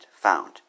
found